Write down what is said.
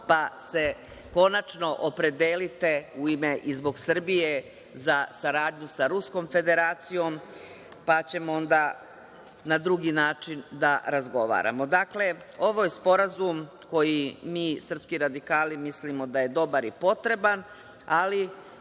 pa se konačno opredelite, i zbog Srbije, za saradnju sa Ruskom Federacijom, onda ćemo na drugi način da razgovaramo. Ovo je sporazum koji mim srpski radikalim mislimo da je dobar i potreban, ali